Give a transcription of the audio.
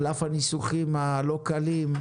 על אף הניסוחים הלא קלים,